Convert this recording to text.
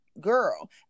girl